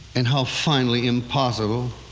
and how finally impossible.